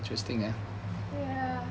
ya